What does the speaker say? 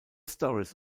stories